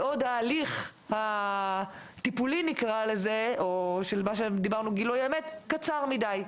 בעוד ההליך הטיפולי קצר מידיי.